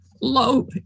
low